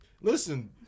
Listen